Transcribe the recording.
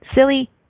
Silly